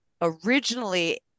originally